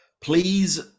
Please